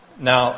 Now